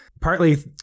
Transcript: Partly